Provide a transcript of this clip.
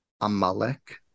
Amalek